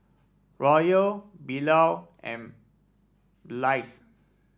Royal Bilal and Blaise